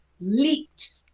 leaped